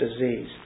disease